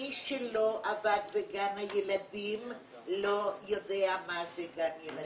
מי שלא עבד בגן הילדים, לא יודע מה זה גן ילדים.